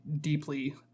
deeply